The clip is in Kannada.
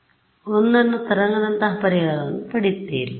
1ಇನ್ನು ತರಂಗದಂತಹ ಪರಿಹಾರವನ್ನು ಪಡೆಯುತ್ತೇನೆ